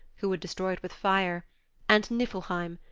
who would destroy it with fire and niflheim,